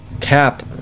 cap